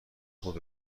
خود